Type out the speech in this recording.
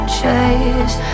chase